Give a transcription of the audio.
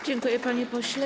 Dziękuję, panie pośle.